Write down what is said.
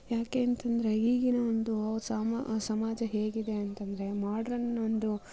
ಏಕೆ ಅಂತೆಂದ್ರೆ ಈಗಿನ ಒಂದು ಸಮಾಜ ಹೇಗಿದೆ ಅಂತೆಂದ್ರೆ ಮಾಡ್ರನ್ ಒಂದು